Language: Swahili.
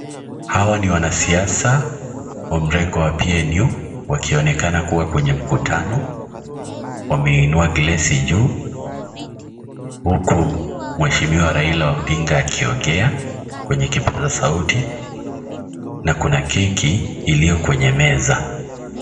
Hawa ni wanasiasa wa mrengo wa PNU wakionekana kuwa kwenye mkutano, wameinua glasi juu huku mweshimiwa Raila Odinga akiongea kwenye kipasa sauti na kuna keki iliyo kwenye meza.